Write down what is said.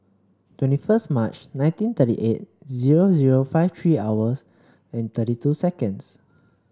twenty first March nineteen thirty eight zero zero five three hours and thirty two seconds